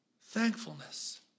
thankfulness